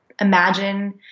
imagine